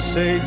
Say